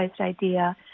idea